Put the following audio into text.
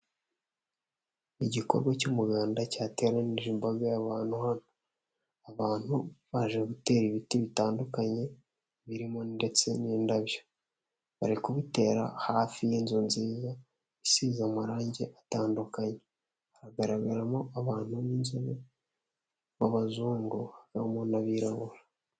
Igikorwa cy'umuganda cyateranyije imbaga y'abantu hano, abantu baje gutera ibiti bitandukanye birimo ndetse n'indabyo, bari kubitera hafi y'inzu nziza isize amarangi atandukanye, hagaragaramo abantu b'inzobe b'abazungu harimo n'abirabura.